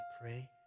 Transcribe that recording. pray